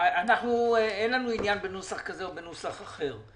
אין לנו עניין בנוסח כזה או בנוסח אחר.